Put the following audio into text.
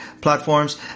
platforms